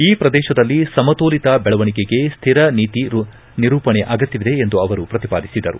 ಈ ಪ್ರದೇಶದಲ್ಲಿ ಸಮತೋಲಿತ ಬೆಳವಣಿಗೆಗೆ ಸ್ಥಿರ ನೀತಿ ನಿರೂಪಣೆ ಅಗತ್ಯವಿದೆ ಎಂದು ಅವರು ಪ್ರತಿಪಾದಿಸಿದರು